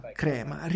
crema